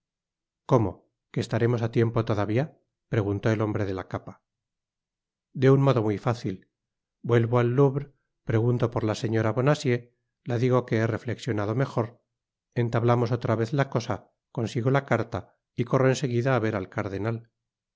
como que estaremos á tiempo todavia preguntó el hombre de la capa de un modo muy fácil vuelvo al louvre pregunto por la señora bonacieux la digo que he reflexionado mejor entablamos otra vez la cosa consigo la carta y corro en seguida á ver al cardelal